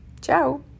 Ciao